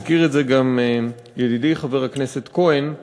הזכיר את זה גם ידידי חבר הכנסת כהן,